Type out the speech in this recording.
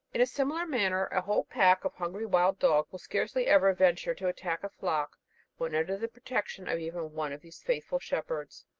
in a similar manner, a whole pack of hungry wild dogs will scarcely ever venture to attack a flock when under the protection of even one of these faithful shepherds.